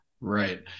Right